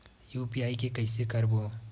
UPI के कइसे करबो?